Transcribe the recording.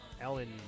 Ellen